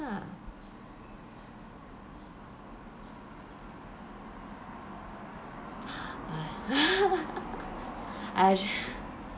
lah I